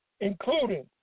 Including